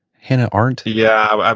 hanna arnt? yeah.